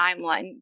timeline